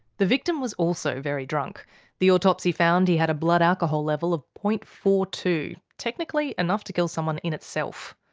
the victim was also very drunk the autopsy found he had a blood alcohol level of zero. forty two technically enough to kill someone in itself.